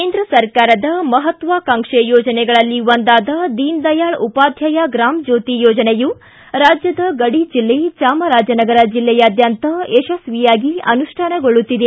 ಕೇಂದ್ರ ಸರ್ಕಾರದ ಮಹತ್ವಾಕಾಂಕ್ಷೆ ಯೋಜನೆಗಳಲ್ಲಿ ಒಂದಾದ ದೀನ್ದಯಾಳ್ ಉಪಾಧ್ಗಾಯ ಗ್ರಾಮ ಜ್ಞೋತಿ ಯೋಜನೆಯು ರಾಜ್ಯದ ಗಡಿ ಜಿಲ್ಲೆ ಚಾಮರಾಜನಗರ ಜಿಲ್ಲಾಯಾದ್ಯಂತ ಯಶಸ್ವಿಯಾಗಿ ಅನುಷ್ಠಾನಗೊಳ್ಳುತ್ತಿದೆ